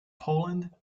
poland